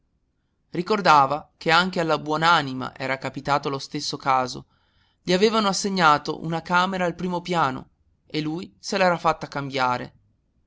ricordava che anche alla buon'anima era capitato lo stesso caso gli avevano assegnato una camera al primo piano e lui se l'era fatta cambiare